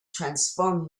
transform